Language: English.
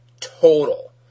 total